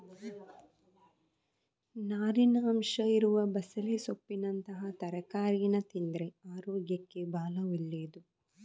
ನಾರಿನ ಅಂಶ ಇರುವ ಬಸಳೆ ಸೊಪ್ಪಿನಂತಹ ತರಕಾರೀನ ತಿಂದ್ರೆ ಅರೋಗ್ಯಕ್ಕೆ ಭಾಳ ಒಳ್ಳೇದು